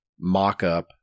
mock-up